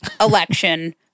election